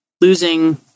losing